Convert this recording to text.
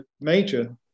major